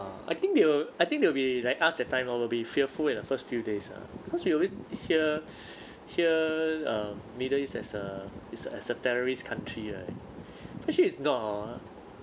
ah I think they will I think they will be like us that time lor be fearful in the first few days ah cause we always hear hear uh middle east as a as a terrorist country right actually it's not